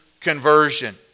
conversion